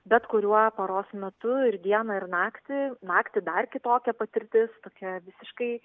bet kuriuo paros metu ir dieną ir naktį naktį dar kitokia patirtis tokia visiškai